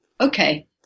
okay